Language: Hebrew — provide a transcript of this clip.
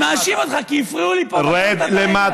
אני מאשים אותך כי הפריעו לי פה, רד למטה.